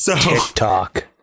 TikTok